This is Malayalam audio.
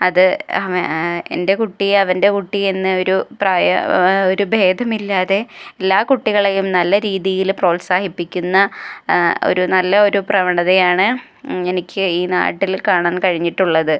അത് എൻ്റെ കുട്ടി അവൻ്റെ കുട്ടി എന്നൊരു പ്രായ ഒരു ഭേദമില്ലാതെ എല്ലാ കുട്ടികളേയും നല്ല രീതിയിൽ പ്രോത്സാഹിപ്പിക്കുന്ന ഒരു നല്ല ഒരു പ്രവണതയാണ് എനിക്ക് ഈ നാട്ടിൽ കാണാൻ കഴിഞ്ഞിട്ടുള്ളത്